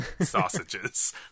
sausages